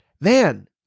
Man